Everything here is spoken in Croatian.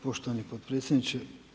Poštovano potpredsjedniče.